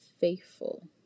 faithful